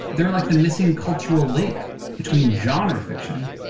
they're like the missing cultural link between genre fiction,